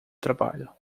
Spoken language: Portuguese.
trabalho